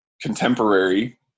contemporary